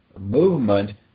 movement